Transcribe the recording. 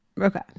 Okay